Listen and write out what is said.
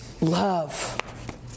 love